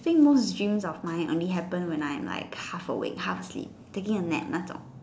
think most of the dreams of mine only happen when I'm like half awake half asleep taking a nap 那种